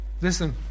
Listen